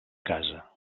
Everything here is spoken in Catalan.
casa